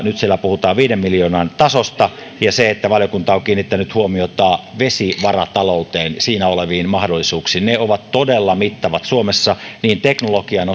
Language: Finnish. nyt siellä puhutaan viiden miljoonan tasosta ja että valiokunta on kiinnittänyt huomiota vesivaratalouteen siinä oleviin mahdollisuuksiin ne ovat todella mittavat suomessa niin teknologian